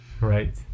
Right